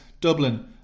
Dublin